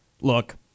Look